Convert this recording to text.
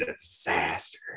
disaster